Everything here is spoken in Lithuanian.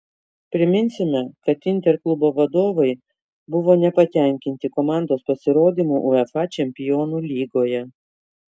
priminsime kad inter klubo vadovai buvo nepatenkinti komandos pasirodymu uefa čempionų lygoje